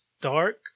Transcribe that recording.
dark